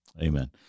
Amen